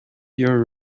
your